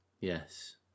Yes